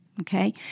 Okay